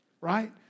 right